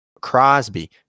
Crosby